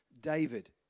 David